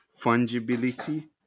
fungibility